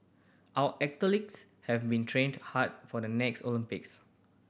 our athletes have been training hard for the next Olympics